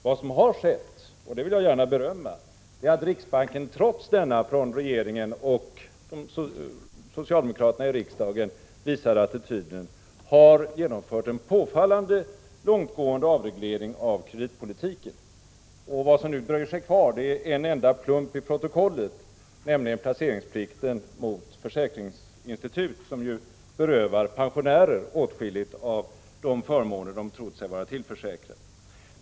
Vad som har skett — och det vill jag gärna berömma — är att riksbanken trots den från regeringen och socialdemokraterna i riksdagen visade attityden har genomfört en påfallande långtgående avreglering av kreditpolitiken. Vad som nu dröjer sig kvar är en enda plump i protokollet, nämligen den placeringsplikt för försäkringsinstitut som ju berövar pensionärerna åtskilligt av de förmåner de trott sig vara tillförsäkrade.